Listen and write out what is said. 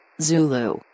Zulu